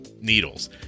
needles